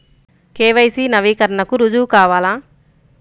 KYC నవీకరణకి రుజువు కావాలా?